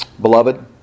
beloved